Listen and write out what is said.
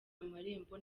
amarembo